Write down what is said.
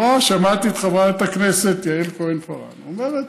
שמעתי את חברת הכנסת יעל כהן-פארן אומרת: